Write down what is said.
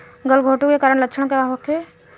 गलघोंटु के कारण लक्षण का होखे?